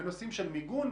בנושאים של מיגון,